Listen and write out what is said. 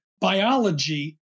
biology